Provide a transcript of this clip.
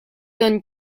donne